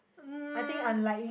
um